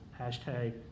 hashtag